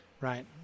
right